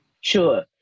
Sure